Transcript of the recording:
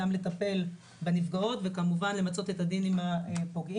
גם לטפל בנפגעות וכמובן למצות את הדין עם הפוגעים.